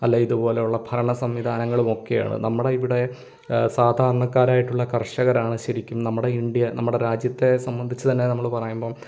അല്ലേ ഇതുപോലുള്ള ഭരണസംവിധാനങ്ങളും ഒക്കെയാണ് നമ്മുടെ ഇവിടെ സാധാരണക്കാരായിട്ടുള്ള കർഷകരാണ് ശരിക്കും നമ്മുടെ ഇന്ത്യ നമ്മുടെ രാജ്യത്തെ സംബന്ധിച്ച് തന്നെ നമ്മൾ പറയുമ്പോൾ